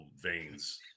veins